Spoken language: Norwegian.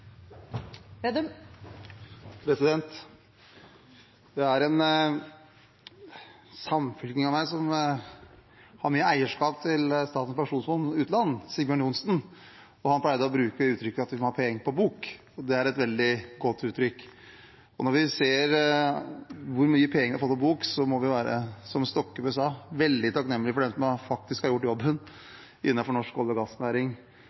en samfylking av meg som har mye eierskap til Statens pensjonsfond utland: Sigbjørn Johnsen. Han pleide å bruke uttrykket at vi må ha «pæeng på bok». Det er et veldig godt uttrykk. Og når vi ser hvor mye «pæeng» vi har på bok, må vi være, som Stokkebø sa, veldig takknemlige for dem som faktisk har gjort jobben innenfor norsk olje- og gassnæring,